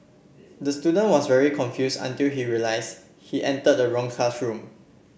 the student was very confused until he realised he entered the wrong classroom